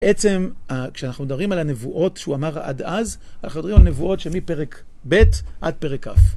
בעצם, כשאנחנו מדברים על הנבואות שהוא אמר עד אז, אנחנו מדברים על נבואות שמפרק ב' עד פרק כ'.